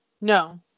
No